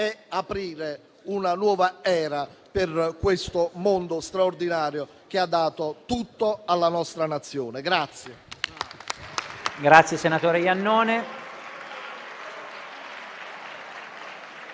e aprire una nuova era per questo mondo straordinario che ha dato tutto alla nostra Nazione.